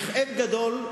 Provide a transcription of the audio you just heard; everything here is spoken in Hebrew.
בכאב גדול,